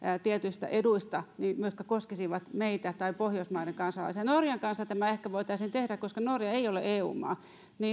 tietyistä eduista jotka koskisivat meitä tai pohjoismaiden kansalaisia norjan kanssa tämä ehkä voitaisiin tehdä koska norja ei ole eu maa